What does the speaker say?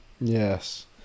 Yes